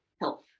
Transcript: health